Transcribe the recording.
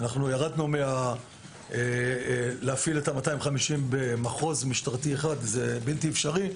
ירדנו להפעיל 250 במחוז משטרתי אחד וזה בלתי אפשרי.